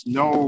no